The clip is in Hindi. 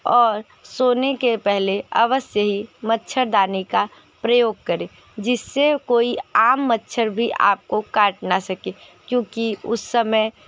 और सोने के पहले अवश्य ही मच्छरदानी का प्रयोग करें जिससे कोई आम मच्छर भी आप को काट ना सके क्योंकि उस समय